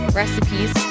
recipes